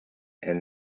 and